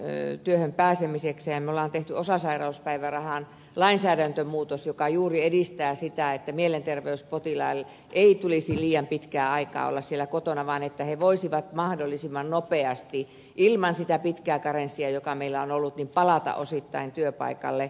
me olemme tehneet osasairauspäivärahaan lainsäädäntömuutoksen joka juuri edistää sitä että mielenterveyspotilaille ei tulisi liian pitkää aikaa olla siellä kotona vaan he voisivat mahdollisimman nopeasti ilman sitä pitkää karenssia joka meillä on ollut palata osittain työpaikalleen